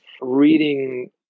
reading